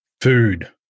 food